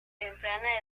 temprana